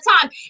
time